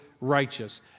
righteous